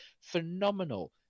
Phenomenal